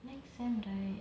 next semester right